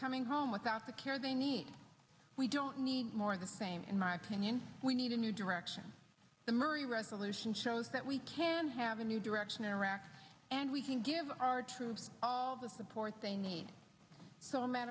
coming home without the care they need we don't need more of the same in my opinion we need a new direction summary resolution shows that we can have a new direction in iraq and we can give our troops all the support they need so